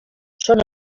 són